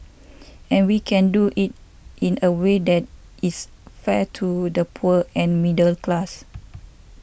and we can do it in a way that is fair to the poor and middle class